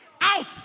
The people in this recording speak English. Out